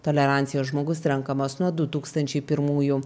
tolerancijos žmogus renkamas nuo du tūkstančiai pirmųjų